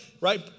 Right